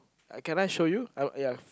I can I show you uh ya